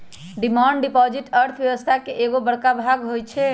demand deposit अर्थव्यवस्था के एगो बड़का भाग होई छै